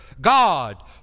God